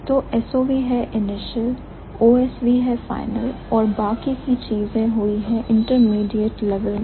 तो SOV है initial OSV है final और बाकी की चीजें हुई हैं intermediate level में